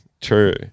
True